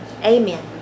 amen